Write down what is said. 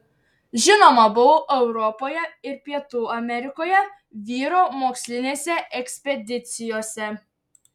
žinoma buvau europoje ir pietų amerikoje vyro mokslinėse ekspedicijose